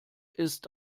ist